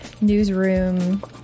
newsroom